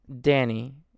Danny